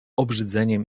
obrzydzeniem